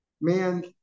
man